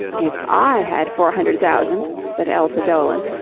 if i had four hundred thousand, said elsa doland,